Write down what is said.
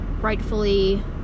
rightfully